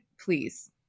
please